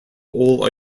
all